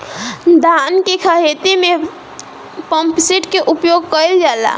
धान के ख़हेते में पम्पसेट का उपयोग कइल जाला?